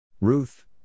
Ruth